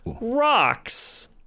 rocks